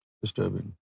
Disturbing